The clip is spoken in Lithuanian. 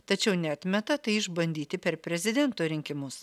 tačiau neatmeta tai išbandyti per prezidento rinkimus